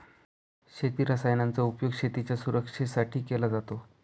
शेती रसायनांचा उपयोग शेतीच्या सुरक्षेसाठी केला जातो